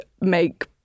make